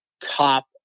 top